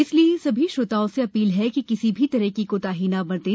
इसलिए सभी श्रोताओं से अधील है कि किसी भी तरह की कोताही न बरतें